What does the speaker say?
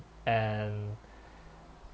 and